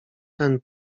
ten